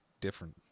different